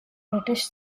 british